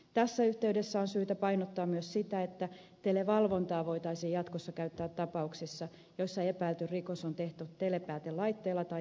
tässä yhteydessä on syytä painottaa myös sitä että televalvontaa voitaisiin jatkossa käyttää tapauksissa joissa epäilty rikos on tehty telepäätelaitteella tai teleosoitetta käyttäen